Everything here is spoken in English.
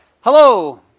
Hello